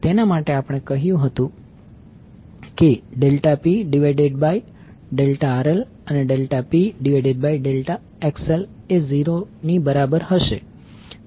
તેના માટે આપણે કહ્યું હતું કે ∆P ∆RL અને ∆P ∆XL એ 0 બરાબર હશે